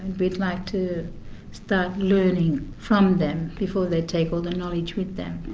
and we would like to start learning from them before they take all the knowledge with them.